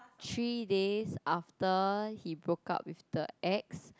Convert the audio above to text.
three days after he broke up with the ex